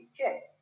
okay